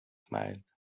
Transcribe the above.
smiled